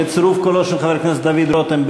בצירוף קולו של חבר הכנסת דוד רותם,